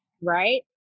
right